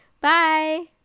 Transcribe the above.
Bye